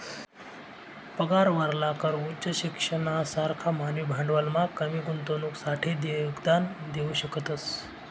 पगारावरला कर उच्च शिक्षणना सारखा मानवी भांडवलमा कमी गुंतवणुकसाठे योगदान देऊ शकतस